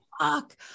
fuck